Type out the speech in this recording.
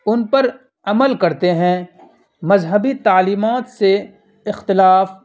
ان پر عمل کرتے ہیں مذہبی تعلیمات سے اختلاف